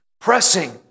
pressing